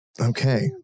Okay